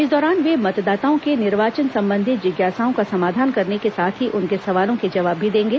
इस दौरान वे मतदाताओं के निर्वाचन संबंधी जिज्ञासाओं का समाधान करने के साथ ही उनके सवालों के जवाब भी देंगे